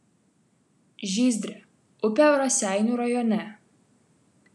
žyzdrė upė raseinių rajone